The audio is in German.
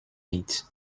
mit